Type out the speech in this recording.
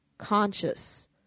conscious